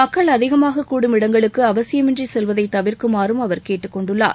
மக்கள் அதிகமாக கூடும் இடங்களுக்கு அவசியமின்றி செல்வதை தவிர்க்குமாறும் அவர் கேட்டுக் கொண்டுள்ளார்